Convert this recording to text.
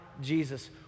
Jesus